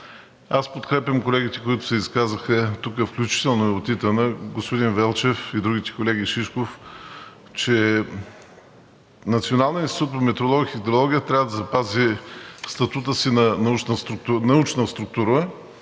аз подкрепям колегите, които се изказаха тук, включително и от ИТН, господин Велчев, Шишков и другите колеги, че Националният институт по метеорология и хидрология трябва да запази статута си на научна структура,